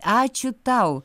ačiū tau